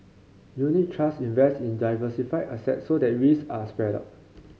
unit trust invest in diversified assets so that risk are spread out